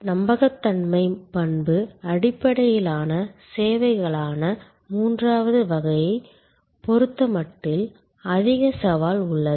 நம்பகத்தன்மை பண்பு அடிப்படையிலான சேவைகளான மூன்றாவது வகையைப் பொறுத்தமட்டில் அதிக சவால் உள்ளது